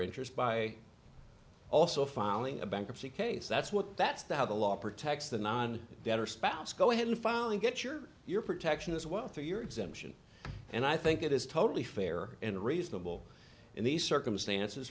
interest by also filing a bankruptcy case that's what that's the how the law protects the non debtor spouse go ahead and file and get your your protection as well for your exemption and i think it is totally fair and reasonable in these circumstances